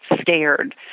scared